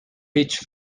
peach